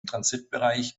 transitbereich